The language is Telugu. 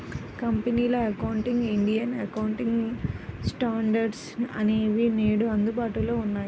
కంపెనీల అకౌంటింగ్, ఇండియన్ అకౌంటింగ్ స్టాండర్డ్స్ అనేవి నేడు అందుబాటులో ఉన్నాయి